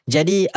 Jadi